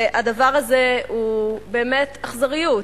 והדבר הזה הוא באמת אכזריות,